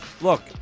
Look